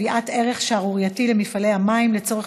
בנושא: קביעת ערך שערורייתי למפעלי המים לצורך